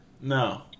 No